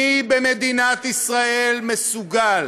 מי במדינת ישראל מסוגל